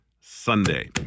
Sunday